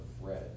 red